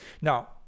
now